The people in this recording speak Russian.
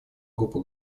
группа